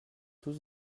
tous